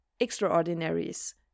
Extraordinaries